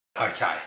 Okay